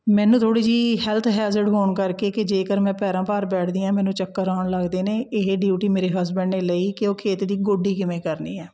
ਮੈਨੂੰ ਥੋੜ੍ਹੀ ਜਿਹੀ ਹੈਲਥ ਹੈਜਡ ਹੋਣ ਕਰਕੇ ਕਿ ਜੇਕਰ ਮੈਂ ਪੈਰਾਂ ਭਾਰ ਬੈਠਦੀ ਹਾਂ ਮੈਨੂੰ ਚੱਕਰ ਆਉਣ ਲੱਗਦੇ ਨੇ ਇਹ ਡਿਊਟੀ ਮੇਰੇ ਹਸਬੈਂਡ ਨੇ ਲਈ ਕਿ ਉਹ ਖੇਤ ਦੀ ਗੋਡੀ ਕਿਵੇਂ ਕਰਨੀ ਹੈ